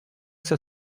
que